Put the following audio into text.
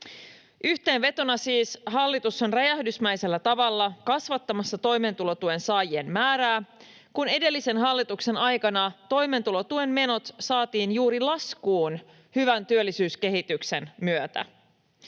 Yhteenvetona: Siis hallitus on räjähdysmäisellä tavalla kasvattamassa toimeentulotuen saajien määrää, kun edellisen hallituksen aikana toimeentulotuen menot saatiin juuri laskuun hyvän työllisyyskehityksen myötä.